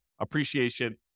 appreciation